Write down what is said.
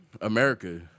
America